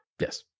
Yes